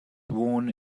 worn